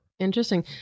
interesting